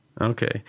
Okay